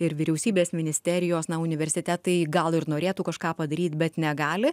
ir vyriausybės ministerijos na o universitetai gal ir norėtų kažką padaryt bet negali